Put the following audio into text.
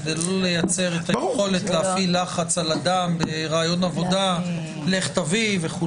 כדי לא לייצר את היכולת להפעיל לחץ על אדם בריאיון עבודה: לך תביא וכו'.